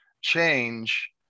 change